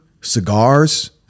cigars